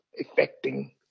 affecting